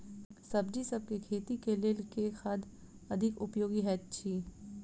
सब्जीसभ केँ खेती केँ लेल केँ खाद अधिक उपयोगी हएत अछि?